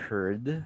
Heard